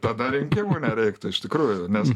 tada rinkimų nereiktų iš tikrųjų nes